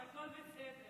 אבל הכול בסדר.